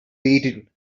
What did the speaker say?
waited